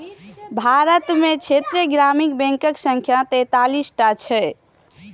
भारत मे क्षेत्रीय ग्रामीण बैंकक संख्या तैंतालीस टा छै